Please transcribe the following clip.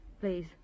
Please